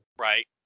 Right